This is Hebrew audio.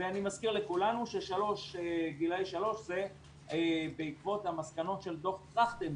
ואני מזכיר לכולנו שגילאי 3 זה בעקבות המסקנות של דוח טרכטנברג.